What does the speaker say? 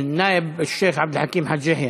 אל-נאאב א-שיח' עבד אל חכים חאג' יחיא.